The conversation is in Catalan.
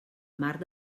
marc